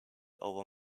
over